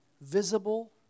visible